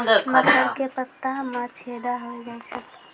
मकर के पत्ता मां छेदा हो जाए छै?